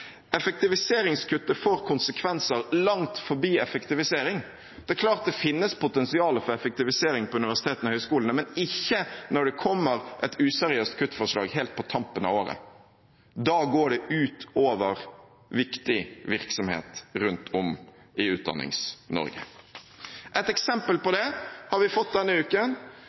Effektiviseringskuttet får konsekvenser langt forbi effektivisering. Det er klart det finnes potensial for effektivisering på universitetene og høyskolene, men ikke når det kommer et useriøst kuttforslag helt på tampen av året. Da går det ut over viktig virksomhet rundt om i Utdannings-Norge. Et eksempel på det har vi fått denne uken.